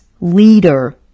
leader